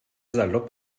salopp